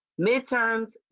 Midterms